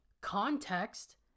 context